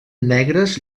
negres